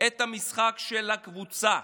את המשחק של הקבוצה.